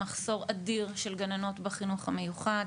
מחסור אדיר של גננות בחינוך המיוחד,